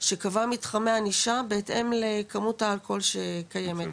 שקבע מתחמי ענישה, בהתאם לכמות האלכוהול שקיימת,